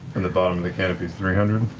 and the bottom of the canopy is three hundred?